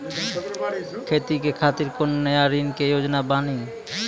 खेती के खातिर कोनो नया ऋण के योजना बानी?